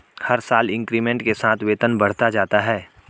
हर साल इंक्रीमेंट के साथ वेतन बढ़ता जाता है